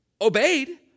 obeyed